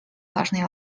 важные